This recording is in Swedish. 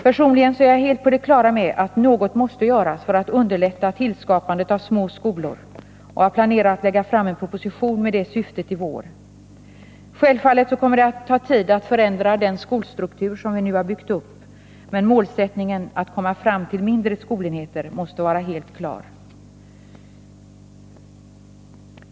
Personligen är jag helt på det klara med att något måste göras för att underlätta tillskapandet av små skolor, och jag planerar att lägga fram en proposition med det syftet i vår. Självfallet kommer det att ta tid för att förändra den skolstruktur som vi nu har byggt upp, men målsättningen att komma fram till mindre skolenheter måste vara helt klar.